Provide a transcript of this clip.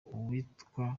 uwitwa